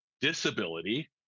disability